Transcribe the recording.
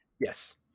Yes